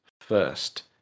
first